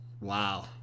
wow